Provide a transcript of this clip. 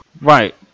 Right